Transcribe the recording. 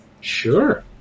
Sure